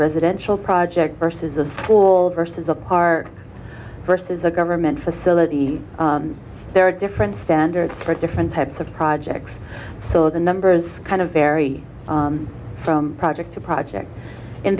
residential project versus a school versus a park versus a government facility there are different standards for different types of projects so the numbers kind of vary from project to project in